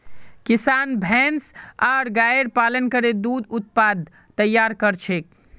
किसान भैंस आर गायर पालन करे दूध उत्पाद तैयार कर छेक